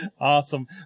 Awesome